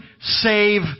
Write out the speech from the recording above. save